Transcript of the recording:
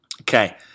Okay